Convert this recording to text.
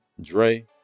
Dre